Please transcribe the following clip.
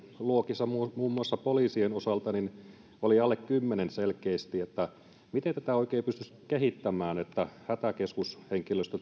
luokissa muun muassa poliisien osalta oli alle kymmenen selkeästi miten tätä oikein pystyisi kehittämään niin että hätäkeskushenkilöstö